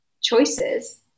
choices